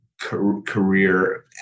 career